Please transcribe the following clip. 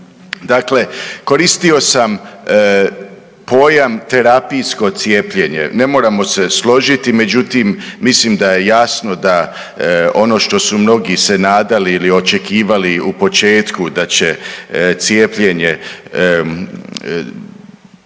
Dakle, koristio sam pojam terapijsko cijepljenje, ne moramo se složiti međutim mislim da je jasno da ono što su mnogi se nadali ili očekivali u početku da će cijepljenje